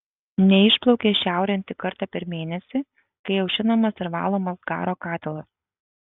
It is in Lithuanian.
neišplaukia šiaurėn tik kartą per mėnesį kai aušinamas ir valomas garo katilas